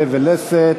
פה ולסת